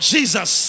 Jesus